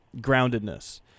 groundedness